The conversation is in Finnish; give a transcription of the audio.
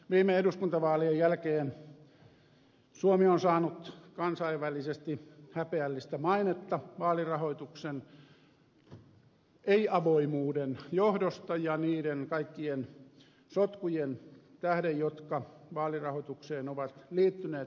viime eduskuntavaalien jälkeen suomi on saanut kansainvälisesti häpeällistä mainetta vaalirahoituksen ei avoimuuden johdosta ja niiden kaikkien sotkujen tähden jotka vaalirahoitukseen ovat liittyneet tällä vaalikaudella